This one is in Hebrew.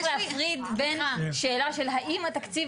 צריך להפריד בין שאלה של האם התקציב